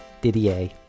Didier